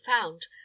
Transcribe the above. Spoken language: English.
found